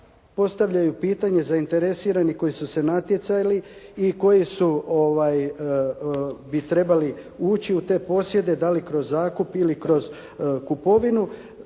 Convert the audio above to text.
postavljaju pitanje zainteresirani koji su se natjecali i koji su bi trebali ući u te posjede da li kroz zakup ili kroz kupovinu.